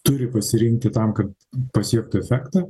turi pasirinkti tam kad pasiektų efektą